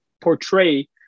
portray